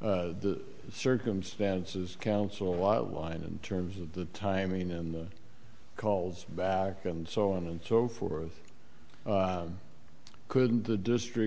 the circumstances counsel a lot of line in terms of the timing and the calls and so on and so forth couldn't the district